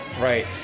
Right